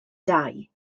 dai